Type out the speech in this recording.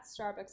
Starbucks